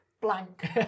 blank